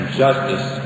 justice